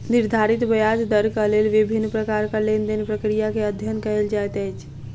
निर्धारित ब्याज दरक लेल विभिन्न प्रकारक लेन देन प्रक्रिया के अध्ययन कएल जाइत अछि